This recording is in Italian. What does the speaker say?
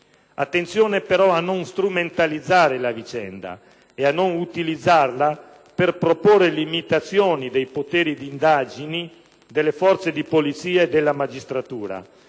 Attenzione, però, a non strumentalizzare la vicenda e a non utilizzarla per proporre limitazioni dei poteri di indagine delle forze di polizia e della magistratura,